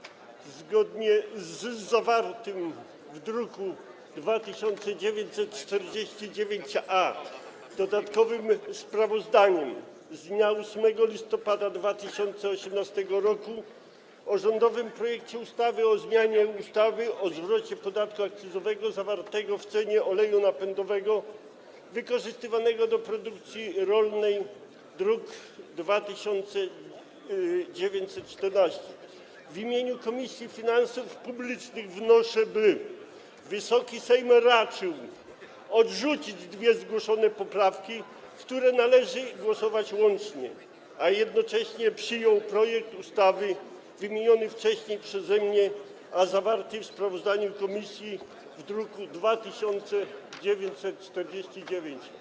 Zgodnie z zawartym w druku nr 2949-A dodatkowym sprawozdaniem z dnia 8 listopada 2018 r. o rządowym projekcie ustawy o zmianie ustawy o zwrocie podatku akcyzowego zawartego w cenie oleju napędowego wykorzystywanego do produkcji rolnej, druk nr 2914, w imieniu Komisji Finansów Publicznych wnoszę, by Wysoki Sejm raczył odrzucić dwie zgłoszone poprawki, nad którymi należy głosować łącznie, a jednocześnie przyjął projekt ustawy wymieniony przeze mnie wcześniej, zawarty w sprawozdaniu komisji z druku nr 2949.